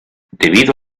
debido